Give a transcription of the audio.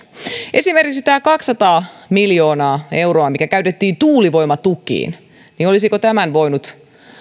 esimerkiksi olisiko tämän kaksisataa miljoonaa euroa mikä käytettiin tuulivoimatukiin voinut